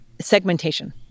segmentation